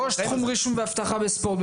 ראש תחום רישוי ואבטחה בספורט,